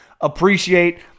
appreciate